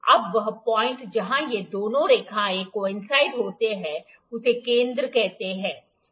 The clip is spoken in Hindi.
अब वह पॉइंट जहां ये दोनों रेखाएं कोइनसाइड होते हैं हैं उसे केंद्र कहते है